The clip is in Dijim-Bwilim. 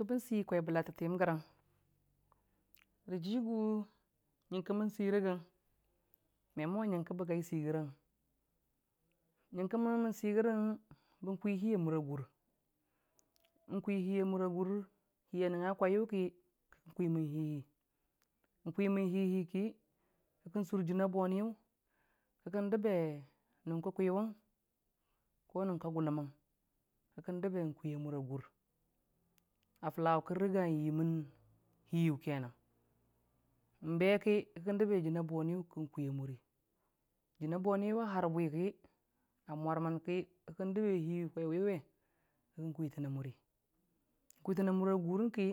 Ngənke bən si kwai bə latətiyəm gərəm ngənke mən si rə gən me mo ngənk bagi si rəgən, ngənke mən si gərən bən kwi hi a gʊr hi a nəngnga keu ki kikən kwimən hi, hi nkwimən hi hi ki kikə sʊrjəna boniyʊ ki kən dəbe nʊn kə kwiwʊng nʊng ka guluməng ki kən dəbe kwi a mʊri a gʊr a fʊla riga yimən hiyu nbe ki kən dəbe hi kwewiwe ki kən kwitən a mʊri kwitən a mʊra gʊrhən ki,